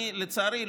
לצערי,